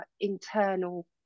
internal